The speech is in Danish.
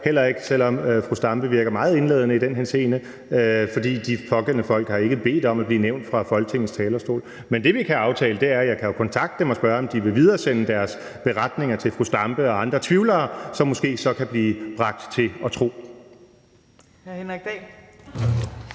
heller ikke selv om fru Zenia Stampe virker meget indladende i den henseende, for de pågældende folk har ikke bedt om at blive nævnt fra Folketingets talerstol. Men det, vi kan aftale, er, at jeg kan kontakte dem og spørge, om de vil videresende deres beretninger til fru Zenia Stampe og andre tvivlere, som måske så kan blive bragt til at tro.